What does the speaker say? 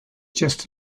just